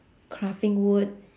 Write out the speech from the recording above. crafting wood